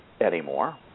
anymore